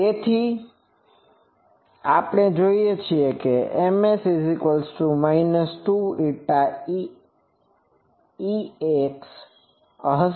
તેથી Ms આપણે જાણીએ છીએ તેમ છે Ms 2η x Ea હશે